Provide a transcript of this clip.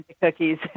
cookies